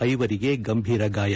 ಐವರಿಗೆ ಗಂಭೀರ ಗಾಯ